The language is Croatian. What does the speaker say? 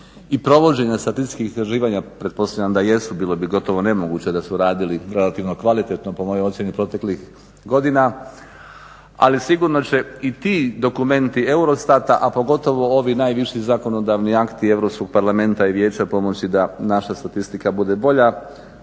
i provođenja statističkih istraživanja, pretpostavljam da jesu, bilo bi gotovo nemoguće da su radili relativno kvalitetno po mojoj ocjeni proteklih godina, ali sigurno će i ti dokumenti EUROSTAT-a, a pogotovo ovi najviši zakonodavni akti EU parlamenta i Vijeća pomoći da naša statistika bude bolja,